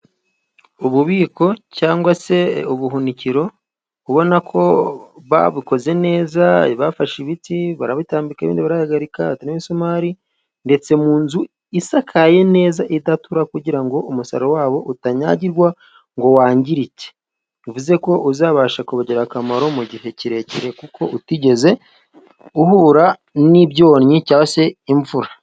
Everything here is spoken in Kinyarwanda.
Ububiko cyangwa se ubuhunikiro ubona ko babukoze neza. Bafashe ibiti barabitambika indi barahagarika n'imisumari ndetse mu nzu isakaye neza idatura kugira ngo umusaruro wabo utanyagirwa ngo wangirike bivuze ko uzabasha kubagirira akamaro mu gihe kirekire kuko utigeze uhura n'ibyonnyishyashye imvura